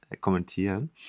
kommentieren